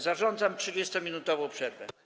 Zarządzam 30-minutową przerwę.